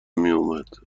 میومد